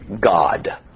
God